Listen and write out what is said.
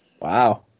Wow